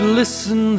listen